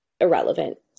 irrelevant